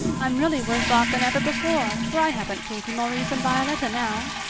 i'm really worse off than ever before, for i haven't katie maurice and violetta now.